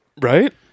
Right